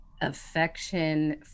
affection